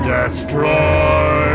Destroy